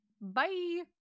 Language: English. Bye